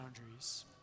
boundaries